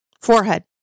forehead